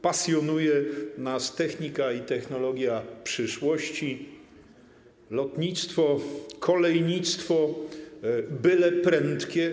Pasjonują nas technika i technologia przyszłości, lotnictwo, kolejnictwo, byle prędkie.